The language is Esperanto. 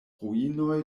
ruinoj